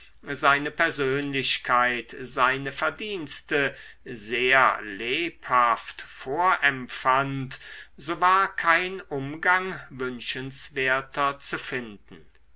seine persönlichkeit seine verdienste sehr lebhaft vorempfand so war kein umgang wünschenswerter zu finden